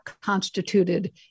constituted